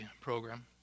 program